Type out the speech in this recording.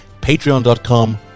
Patreon.com